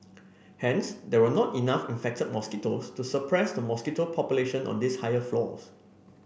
hence there were not enough infected mosquitoes to suppress the mosquito population on these higher floors